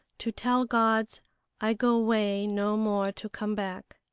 to tell gods i go way no more to come back.